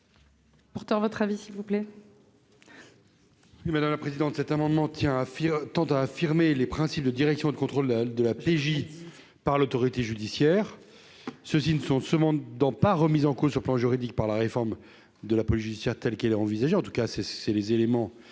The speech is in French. Pourtant, votre avis s'il vous plaît.